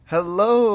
Hello